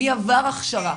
מי עבר הכשרה,